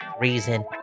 reason